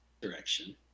direction